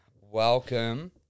welcome